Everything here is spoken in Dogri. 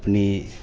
अपनी